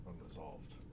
unresolved